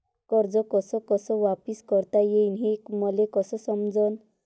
कर्ज कस कस वापिस करता येईन, हे मले कस समजनं?